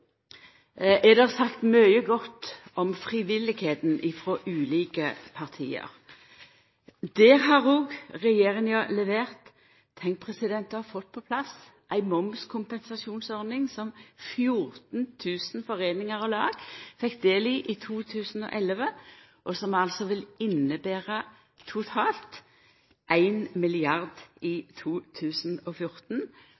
Det er sagt mykje godt om frivilligheita frå ulike parti. Der har òg regjeringa levert: Tenk at ein har fått på plass ei momskompensasjonsordning som 14 000 foreiningar og lag fekk del i i 2011, og som altså vil innebera totalt ein milliard